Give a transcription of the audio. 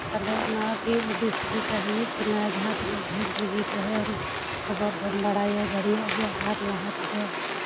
ᱛᱟᱦᱞᱮ ᱚᱱᱟᱜᱮ ᱟᱹᱰᱤ ᱥᱩᱵᱤᱫᱷᱟ ᱦᱩᱭᱩᱜ ᱠᱟᱱᱟ ᱡᱟᱦᱟᱸ ᱛᱤᱱᱟᱹᱜ ᱡᱷᱟᱹᱞ ᱨᱮᱜᱮᱭ ᱛᱟᱦᱮᱱ ᱠᱷᱚᱵᱚᱨ ᱫᱚᱢ ᱵᱟᱲᱟᱭ ᱫᱟᱲᱮᱭᱟᱜ ᱜᱮᱭᱟ ᱟᱨ ᱞᱟᱦᱟ ᱛᱮᱫᱚ